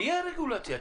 תהיה רגולציה.